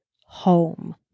home